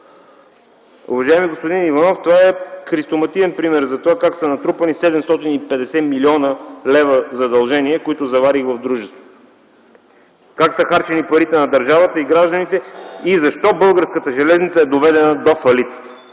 Уважаеми господин Иванов, това е христоматиен пример за това как са натрупани 750 млн. лв. задължения, които заварих в дружеството. Как са харчени парите на държавата и гражданите, и защо българската железница е доведена до фалит?